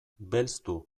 belztu